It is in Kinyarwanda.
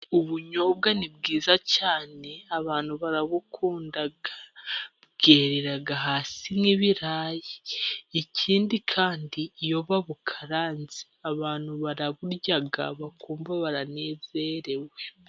Ubunyobwa ni bwiza cyane abantu barabukunda, bwerera hasi nk'ibirayi. Ikindi kandi iyo ba bukaranze abantu baraburya bakumva baranezerewe.